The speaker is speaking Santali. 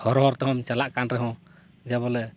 ᱦᱚᱨ ᱦᱚᱨᱛᱮ ᱦᱚᱢ ᱪᱟᱞᱟᱜ ᱠᱟᱱ ᱨᱮᱦᱚᱸ ᱡᱮᱵᱚᱞᱮ